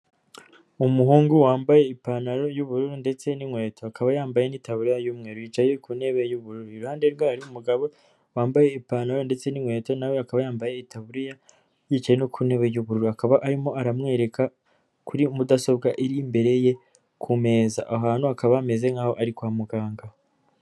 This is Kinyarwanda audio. Umuhungu wambaye ipantaro y'ubururu ndetse n'inkweto akaba yambaye itaburiya y'umweru, yicaye ku ntebe y'uburu, iruhande rwe hari umugabo wambaye ipantaro ndetse n'inkweto na we akaba yambaye itaburiya yicaye ku ntebe y'ubururu, akaba arimo aramwereka kuri mudasobwa iri imbere ye ku meza, aha hantu hakaba hameze nk'aho ari kwa muganga.